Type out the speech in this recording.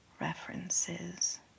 references